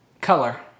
color